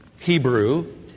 Hebrew